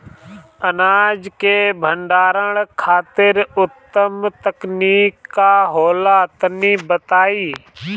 अनाज के भंडारण खातिर उत्तम तकनीक का होला तनी बताई?